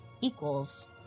equals